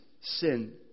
sin